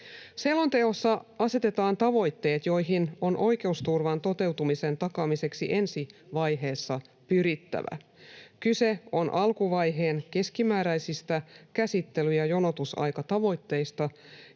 Selonteossa asetetaan tavoitteet, joihin on oikeusturvan toteutumisen takaamiseksi ensi vaiheessa pyrittävä. Kyse on alkuvaiheen keskimääräisistä käsittely‑ ja jonotusaikatavoitteista,